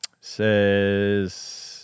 says